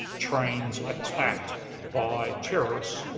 trains attacked by terrorists.